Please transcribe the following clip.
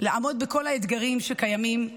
לעמוד בכל האתגרים שקיימים,